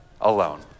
alone